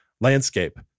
landscape